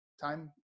Time